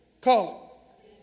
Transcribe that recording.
Call